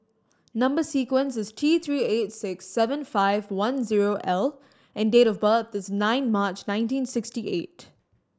number sequence is T Three eight six seven five one zero L and date of birth is nine March nineteen sixty eight